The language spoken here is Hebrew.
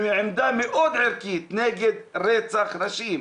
עמדה מאוד ערכית נגד רצח נשים.